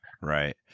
right